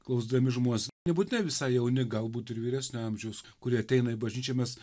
klausdami žmones nebūtinai visa jauni galbūt ir vyresnio amžiaus kurie ateina į bažnyčią mes